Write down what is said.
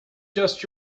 just